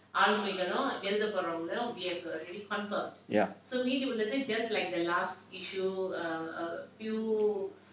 ya